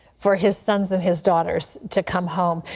for his sons and his daughters to come home.